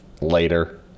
Later